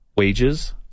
wages